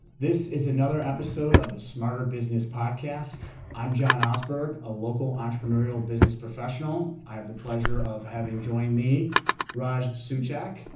this is another episode of the smarter business podcast. i'm john osberg, a local entrepreneurial business professional. i have the pleasure of having join me raj suchak.